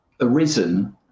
arisen